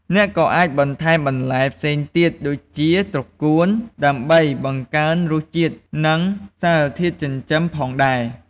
អ្នកក៏អាចបន្ថែមបន្លែផ្សេងទៀតដូចជា ត្រកួន ដើម្បីបង្កើនរសជាតិ និងសារធាតុចិញ្ចឹមផងដែរ។